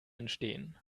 entstehen